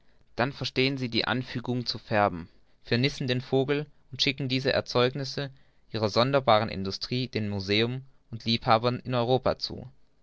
dann verstehen sie die anfügung zu färben firnissen den vogel und schicken diese erzeugnisse ihrer sonderbaren industrie den museen und liebhabern in europa zu